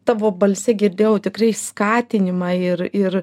tavo balse girdėjau tikrai skatinimą ir ir